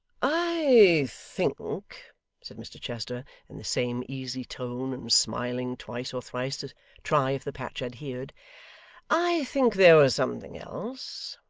i think said mr chester, in the same easy tone, and smiling twice or thrice to try if the patch adhered i think there was something else.